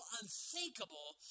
unthinkable